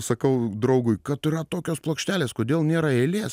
sakau draugui kad yra tokios plokštelės kodėl nėra eilės